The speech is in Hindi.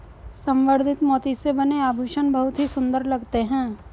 संवर्धित मोती से बने आभूषण बहुत ही सुंदर लगते हैं